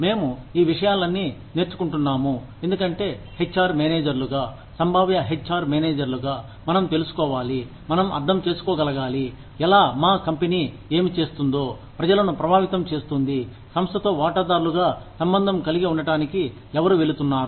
మేము ఈ విషయాలన్నీ నేర్చుకుంటున్నాము ఎందుకంటే హెచ్ ఆర్ మేనేజర్లుగా సంభావ్య హెచ్ ఆర్ మేనేజర్లుగా మనం తెలుసుకోవాలి మనం అర్థం చేసుకోగలగాలి ఎలా మా కంపెనీ ఏమి చేస్తుందో ప్రజలను ప్రభావితం చేస్తుంది సంస్థతో వాటాదార్లుగా సంబంధం కలిగి ఉండడానికి ఎవరు వెళుతున్నారు